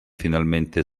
finalmente